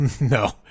no